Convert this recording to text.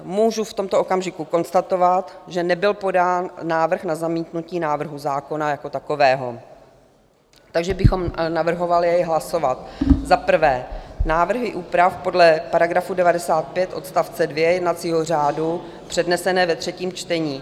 Můžu v tomto okamžiku konstatovat, že nebyl podán návrh na zamítnutí návrhu zákona jako takového, takže bychom navrhovali hlasovat za prvé návrhy úprav podle § 95 odst. 2 jednacího řádu přednesené ve třetím čtení.